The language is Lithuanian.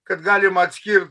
kad galima atskirt